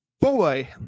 boy